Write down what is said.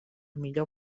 millor